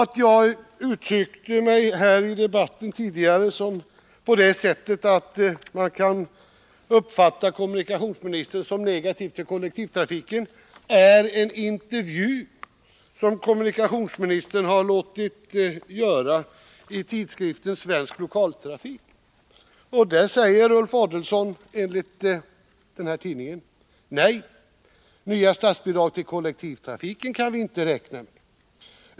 Det som föranledde mig att tidigare i debatten säga att man kan uppfatta kommunikationsministern som negativ till kollektivtrafiken var en intervju med kommunikationsministern i tidskriften Svensk lokaltrafik. Där säger Ulf Adelsohn: ”Nej, nya statsbidrag till kollektivtrafiken kan vi inte räkna med.